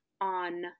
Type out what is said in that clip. on